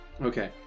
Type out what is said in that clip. Okay